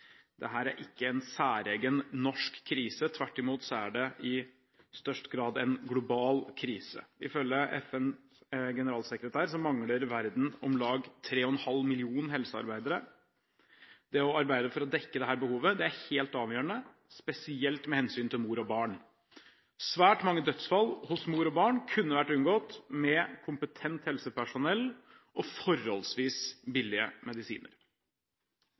er ikke er særegen norsk krise, tvert imot er det i størst grad en global krise. Ifølge FNs generalsekretær mangler verden om lag 3,5 millioner helsearbeidere. Det å arbeide for å dekke dette behovet er helt avgjørende, spesielt med hensyn til mor og barn. Svært mange dødsfall hos mor og barn kunne vært unngått med kompetent helsepersonell og forholdsvis billige medisiner.